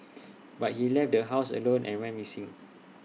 but he left the house alone and went missing